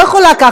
לא,